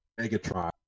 Megatron